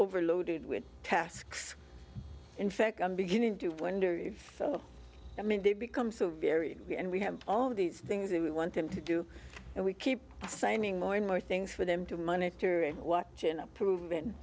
overloaded with tasks in fact i'm beginning to wonder if i mean they become so very and we have all these things that we want them to do and we keep signing more and more things for them to monitor and watch an approv